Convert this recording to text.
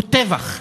הוא טבח.